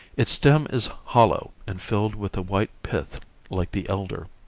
its stem is hollow and filled with a white pith like the elder.